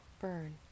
burn